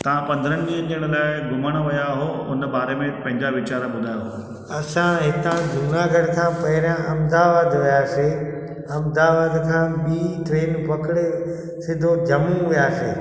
तव्हां पंद्रहनि ॾींहनि जे लाइ घुमण विया हुआ हुन बारे में पंहिंजा वीचार ॿुधायो असां हितां जूनागढ़ खां पहिरियां अहमदाबाद वियासीं अहमदाबाद खां ॿीं ट्रेन पकिड़े सिधो जम्मू वियासीं